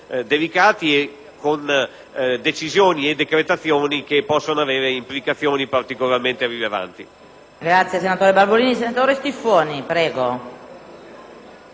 delicati, con decisioni e decretazioni che possono avere implicazioni particolarmente rilevanti.